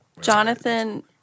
Jonathan